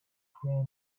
ground